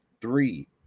three